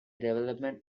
development